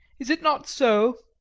is it not so?